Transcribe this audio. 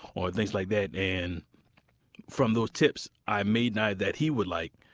ah and things like that. and from those tips i made knives that he would like.